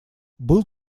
был